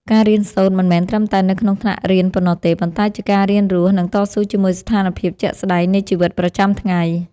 ការរៀនសូត្រមិនមែនត្រឹមតែនៅក្នុងថ្នាក់រៀនប៉ុណ្ណោះទេ ប៉ុន្តែជាការរៀនរស់ និងតស៊ូជាមួយស្ថានភាពជាក់ស្តែងនៃជីវិតប្រចាំថ្ងៃ។